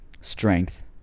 strength